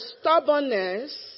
stubbornness